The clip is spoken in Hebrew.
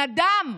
נדם.